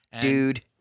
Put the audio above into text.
Dude